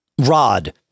Rod